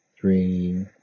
three